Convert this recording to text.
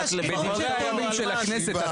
בדברי הימים של הכנסת אתה תיזכר.